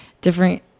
different